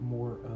more